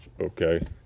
okay